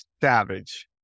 Savage